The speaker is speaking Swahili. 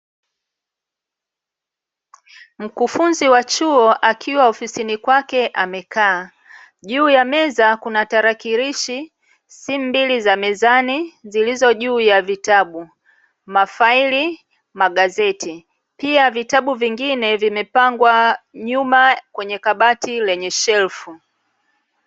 Mkufunzi wa chuo akiwa ofisini kwake amekaa, juu ya meza kuna tarakilishi, simu mbili za mezani zilizo juu ya vitabu, mafaili, magazeti; pia vitabu vingine vimepangwa nyuma kwenye kabati lenye shelfu.